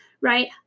right